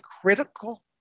critical